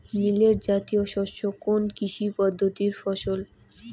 Millet জাতীয় শস্য কোন কৃষি পদ্ধতির ফসল?